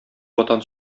ватан